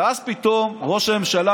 ואז פתאום ראש הממשלה,